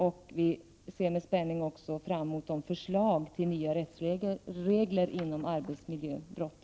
Miljöpartiet ser också med spänning fram emot förslag till nya rättsregler när det gäller arbetsmiljöbrott.